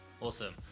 awesome